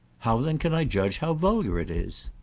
how then can i judge how vulgar it is?